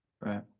right